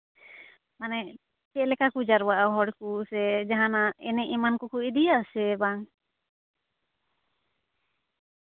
ᱢᱟᱱᱮ ᱪᱮᱫᱞᱮᱠᱟ ᱠᱚ ᱡᱟᱨᱣᱟᱜᱼᱟ ᱦᱚᱲ ᱠᱚ ᱥᱮ ᱡᱟᱦᱟᱱᱟᱜ ᱮᱱᱮᱡ ᱮᱢᱟᱱ ᱠᱚᱠᱚ ᱤᱫᱤᱭᱟ ᱥᱮ ᱵᱟᱝ